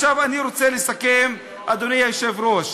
עכשיו, אני רוצה לסכם, אדוני היושב-ראש.